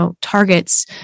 targets